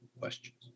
questions